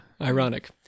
Ironic